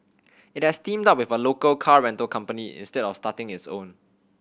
it has teamed up with a local car rental company instead of starting its own